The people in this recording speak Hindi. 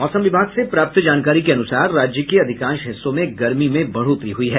मौसम विभाग से प्राप्त जानकारी के अनुसार राज्य के अधिकांश हिस्सों में गर्मी में बढ़ोतरी हुई है